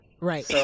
Right